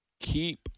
keep